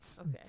Okay